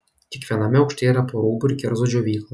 kiekviename aukšte yra po rūbų ir kerzų džiovyklą